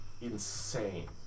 insane